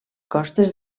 costes